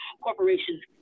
corporations